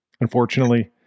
unfortunately